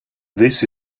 this